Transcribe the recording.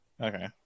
Okay